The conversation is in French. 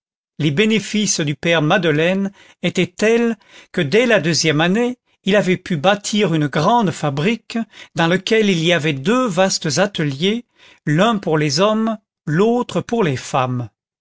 les bénéfices du père madeleine étaient tels que dès la deuxième année il avait pu bâtir une grande fabrique dans laquelle il y avait deux vastes ateliers l'un pour les hommes l'autre pour les femmes